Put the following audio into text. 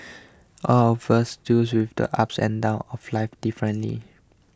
all of us deal with the ups and downs of life differently